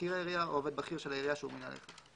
מזכיר העירייה או עובד בכיר של העירייה שהוא מינה לכך,